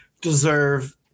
deserve